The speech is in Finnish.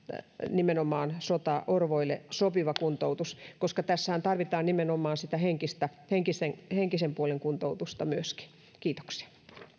nimenomaan sotaorvoille sopiva kuntoutus koska tässähän tarvitaan nimenomaan sitä henkisen henkisen puolen kuntoutusta myöskin kiitoksia